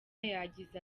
yagize